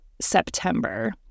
September